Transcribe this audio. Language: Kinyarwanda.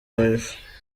wife